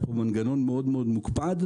יש פה מנגנון מאוד מאוד מוקפד,